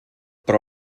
però